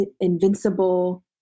invincible